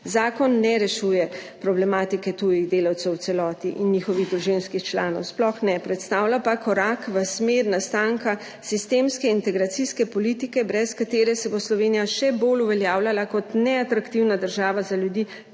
Zakon ne rešuje problematike tujih delavcev v celoti in njihovih družinskih članov, sploh ne. Predstavlja pa korak v smer nastanka sistemske integracijske politike, brez katere se bo Slovenija še bolj uveljavljala kot neatraktivna država za ljudi,